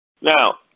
Now